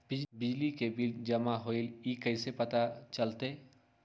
बिजली के बिल जमा होईल ई कैसे पता चलतै?